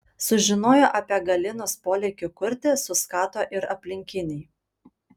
sužinoję apie galinos polėkį kurti suskato ir aplinkiniai